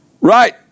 Right